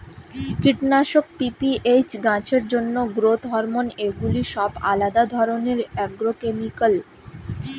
কীটনাশক, পি.পি.এইচ, গাছের জন্য গ্রোথ হরমোন এগুলি সব আলাদা ধরণের অ্যাগ্রোকেমিক্যাল